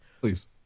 Please